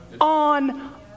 on